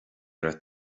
raibh